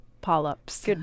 polyps